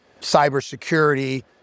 cybersecurity